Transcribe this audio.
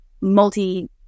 multi